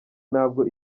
ntabwo